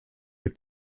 est